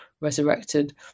resurrected